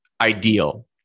ideal